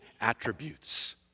attributes